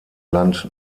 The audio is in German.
land